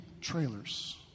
trailers